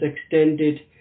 extended